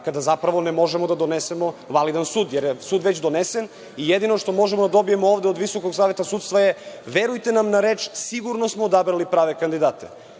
kada zapravo ne možemo da donesemo validan sud, jer je sud već donesen. Jedino što možemo da dobijemo od VSS je – verujte nam na reč, sigurno smo odabrali prave kandidate.